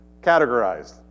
categorized